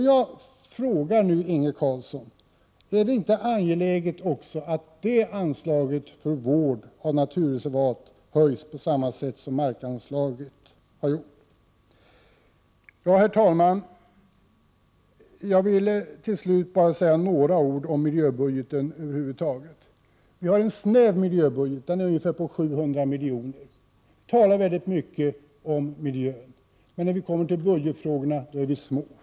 Jag frågar nu Inge Carlsson: Är det inte också angeläget att det anslaget för vård av naturreservat höjs på samma sätt som har skett med markanslaget? Herr talman! Jag vill till slut bara säga några ord om miljöbudgeten över huvud taget. Det är en snäv miljöbudget, på ungefär 700 miljoner. Det talas mycket om miljön i den, men när det kommer till budgetfrågorna är beloppen små.